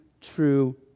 true